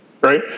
right